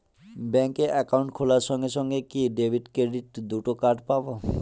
Bank account খোলার সঙ্গে সঙ্গে কি ডেবিট ক্রেডিট দুটো কার্ড পাবো?